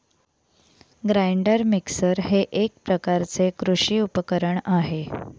grinder mixer हे एक प्रकारचे कृषी उपकरण आहे